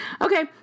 Okay